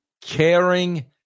caring